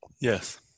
yes